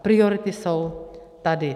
A priority jsou tady.